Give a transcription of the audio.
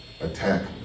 attack